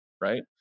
right